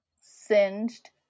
Singed